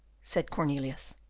said cornelius.